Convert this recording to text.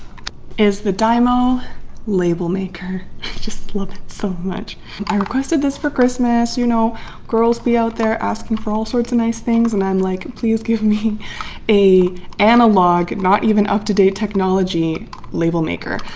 is the dymo label maker just love it so much i requested this for christmas, you know girls be out there asking for all sorts of nice things and i'm like, please give me a analog, and not even up to date technology label maker,